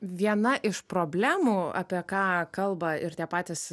viena iš problemų apie ką kalba ir tie patys